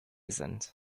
sind